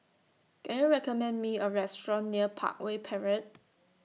Can YOU recommend Me A Restaurant near Parkway Parade